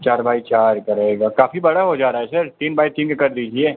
चार बाई चार का रहेगा काफी बड़ा हो जा रहा है सर तीन बाइ तीन का कर दीजिए